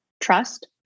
trust